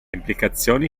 implicazioni